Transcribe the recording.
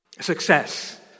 success